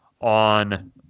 on